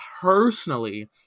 personally